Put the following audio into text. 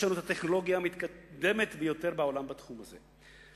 יש לנו את הטכנולוגיה המתקדמת ביותר בעולם בתחום הזה.